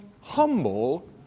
humble